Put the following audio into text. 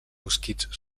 mosquits